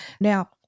Now